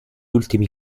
ultimi